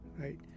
right